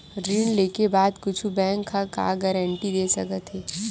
ऋण लेके बाद कुछु बैंक ह का गारेंटी दे सकत हे?